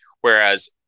Whereas